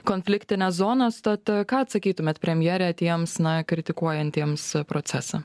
konfliktinės zonos tad ką atsakytumėt premjere tiems na kritikuojantiems procesą